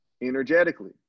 energetically